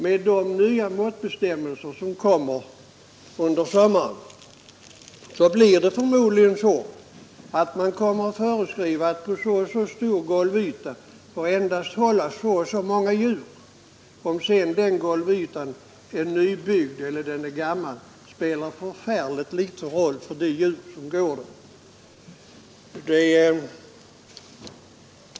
I de nya måttbestämmelser som kommer under sommaren föreskrivs förmodligen att på så och så stor golvyta får hållas endast så och så många djur. Om den golvytan sedan är nybyggd eller gammal spelar förfärligt liten roll för de djur som går på den.